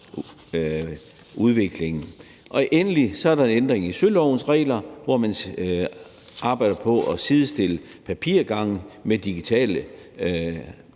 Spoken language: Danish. udviklingen. Så er der en ændring i sølovens regler, hvor man arbejder på at sidestille papirgange med digitale